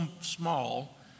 small